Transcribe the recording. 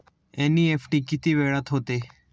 NEFT किती वेळात होते?